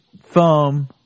thumb